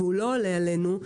הוא לא עולה עלינו,